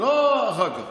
ולא אחר כך.